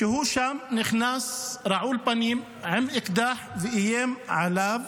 כשהוא שם, נכנס רעול פנים עם אקדח ואיים עליו